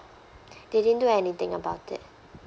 they didn't do anything about it